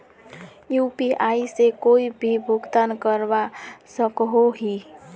UPI से कोई भी भुगतान करवा सकोहो ही?